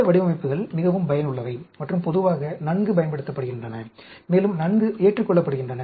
இந்த வடிவமைப்புகள் மிகவும் பயனுள்ளவை மற்றும் பொதுவாக நன்கு பயன்படுத்தப்படுகின்றன மேலும் நன்கு ஏற்றுக்கொள்ளப்படுகின்றன